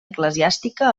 eclesiàstica